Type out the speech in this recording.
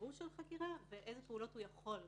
שיבוש החקירה ואלו פעולות הוא יכול לעשות.